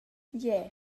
gie